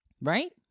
Right